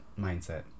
mindset